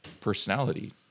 personality